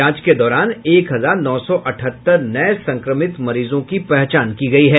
जांच के दौरान एक हजार नौ सौ अठहत्तर नये संक्रमित मरीजों की पहचान की गई है